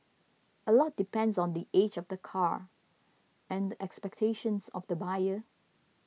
a lot depends on the age of the car and the expectations of the buyer